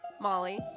Molly